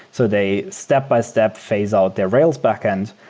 so they step-by-step face all their rails backend,